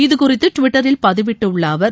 இதுகுறித்து டுவிட்டரில் பதிவிட்டுள்ள அவர்